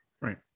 Right